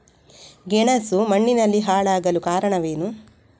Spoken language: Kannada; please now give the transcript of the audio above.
ಗೆಣಸು ಮಣ್ಣಿನಲ್ಲಿ ಹಾಳಾಗಲು ಕಾರಣವೇನು?